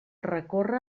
recórrer